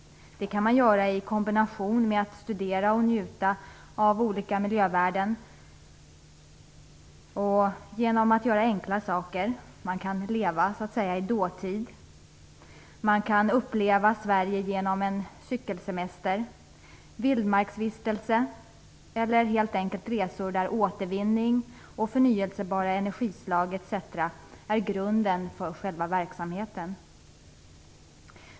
Det kan man göra i kombination med att studera och njuta av olika miljövärden och genom att göra enkla saker. Man kan så att säga leva i dåtid. Man kan uppleva Sverige genom en cykelsemester, vildmarksvistelse eller helt enkelt resor där återvinning och förnyelsebara energislag etc. är grunden för själva verksamheten.